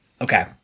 Okay